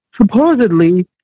supposedly